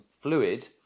Fluid